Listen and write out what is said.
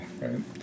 right